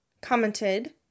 commented